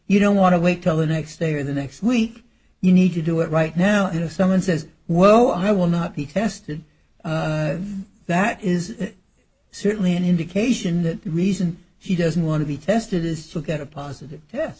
you don't want to wait till the next day or the next week you need to do it right now if someone says well i will not be tested that is certainly an indication that reason he doesn't want to be tested is to get a positive yes